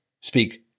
Speak